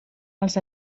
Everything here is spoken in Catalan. els